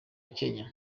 kenya